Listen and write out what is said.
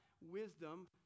wisdom